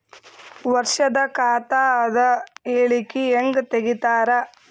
ವರ್ಷದ ಖಾತ ಅದ ಹೇಳಿಕಿ ಹೆಂಗ ತೆಗಿತಾರ?